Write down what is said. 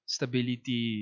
Stability